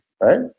right